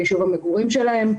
ביישוב המגורים שלהם.